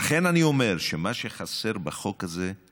לכן אני אומר שמה שחסר בחוק הזה הוא